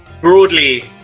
Broadly